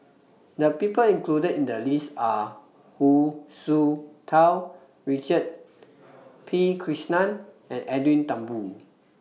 The People included in The list Are Hu Tsu Tau Richard P Krishnan and Edwin Thumboo